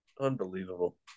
unbelievable